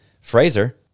Fraser